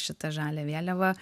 šitą žalią vėliavą